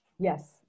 Yes